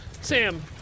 Sam